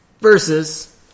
versus